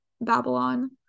Babylon